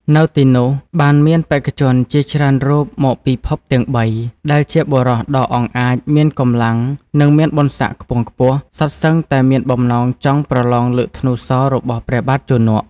នៅទីនោះ បានមានបេក្ខជនជាច្រើនរូបមកពីភពទាំងបី ដែលជាបុរសដ៏អង់អាច មានកម្លាំង និងមានបុណ្យស័ក្កិខ្ពង់ខ្ពស់ សុទ្ធសឹងតែមានបំណងចង់ប្រឡងលើកធ្នូសររបស់ព្រះបាទជនក។